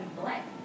black